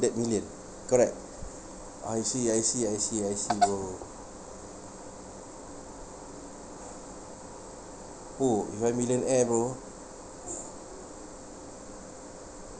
that million correct I see I see I see I see bro [ho] if I'm a million bro